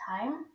time